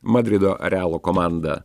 madrido realo komanda